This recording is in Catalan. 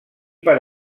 per